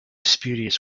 spurious